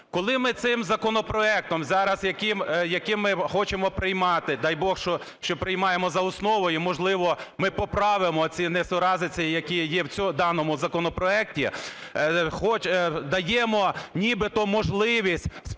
Коли ми цим законопроектом зараз, яким, яким ми хочемо приймати, дай Бог, що приймаємо за основу і, можливо, ми поправимо оці несуразиці, які є в даному законопроекті. Даємо нібито можливість співфінансування